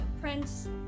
Prince